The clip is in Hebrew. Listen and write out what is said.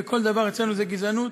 וכל דבר אצלנו זה גזענות.